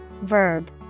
verb